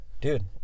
dude